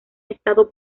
estado